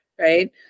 Right